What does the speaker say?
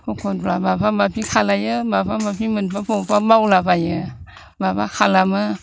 एखनब्ला माबा माबि खालायो माबा माबि मोनब्ला बबावबा मावला बायो माबा खालामो